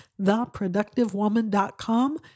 theproductivewoman.com